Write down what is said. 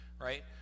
Right